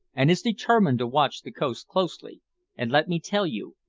and is determined to watch the coast closely and let me tell you,